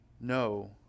no